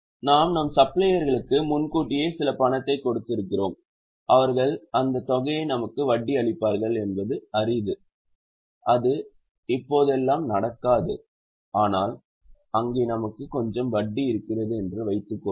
நாம் நமது சப்ளையர்களுக்கு முன்கூட்டியே சில பணத்தை கொடுத்திருக்கிறோம் அவர்கள் அந்தத் தொகைக்கு நமக்கு வட்டி அளிப்பார்கள் என்பது அரிது அது இப்போதெல்லாம் நடக்காது ஆனால் அங்கே நமக்கு கொஞ்சம் வட்டி இருக்கிறது என்று வைத்துக்கொள்வோம்